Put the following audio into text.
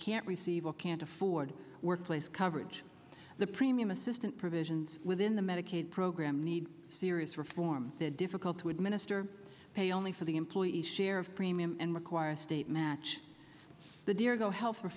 can't receive a can't afford workplace coverage the premium assistant provisions within the medicaid program need serious reform that difficult to administer pay only for the employees share of premium and require a state match the dear go he